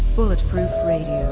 bulletproof radio,